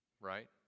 right